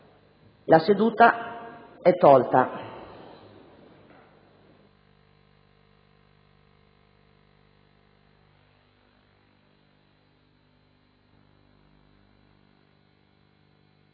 La seduta è tolta